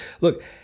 Look